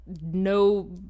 no